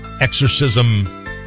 exorcism